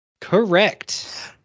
Correct